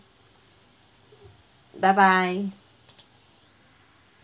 bye bye